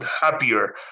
happier